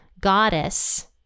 goddess